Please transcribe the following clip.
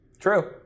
True